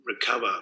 recover